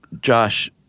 Josh